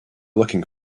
looking